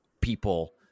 people